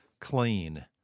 clean